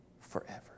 forever